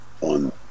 On